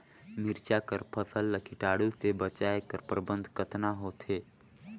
मिरचा कर फसल ला कीटाणु से बचाय कर प्रबंधन कतना होथे ग?